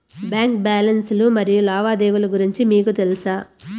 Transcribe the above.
Bank balance లు మరియు లావాదేవీలు గురించి మీకు తెల్సా?